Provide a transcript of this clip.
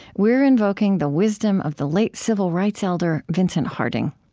we are invoking the wisdom of the late civil rights elder vincent harding.